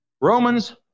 Romans